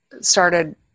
started